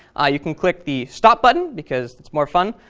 you can click the stop button because it's more fun.